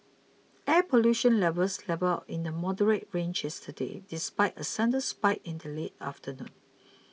air pollution levels levelled out in the moderate range yesterday despite a sudden spike in the late afternoon